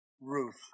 Ruth